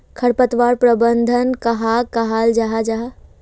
खरपतवार प्रबंधन कहाक कहाल जाहा जाहा?